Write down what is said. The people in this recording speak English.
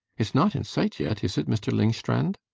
it's not in sight yet is it, mr. lyngstrand?